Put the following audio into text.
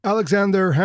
Alexander